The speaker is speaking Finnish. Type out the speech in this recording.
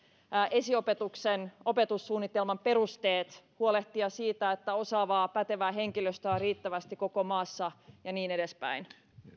esiopetuksen opetussuunnitelman perusteet huolehtia siitä että osaavaa pätevää henkilöstöä on riittävästi koko maassa ja niin edespäin